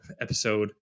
episode